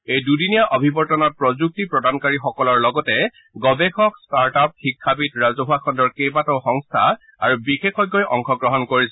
এই দুদিনীয়া অভিৱৰ্তনত প্ৰযুক্তি প্ৰদানকাৰী সকলৰ লগতে গৱেষক ষ্টাৰ্ট আপ শিক্ষাবিদ ৰাজহুৱা খণ্ডৰ কেইবাটাও সংস্থা আৰু বিশেষজ্ঞই অংশগ্ৰহণ কৰিছে